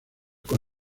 con